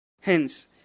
Hence